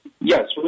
Yes